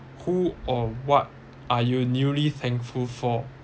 who or what are you newly thankful for